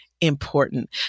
important